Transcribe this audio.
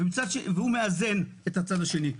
והם מאזנים את הצד השני.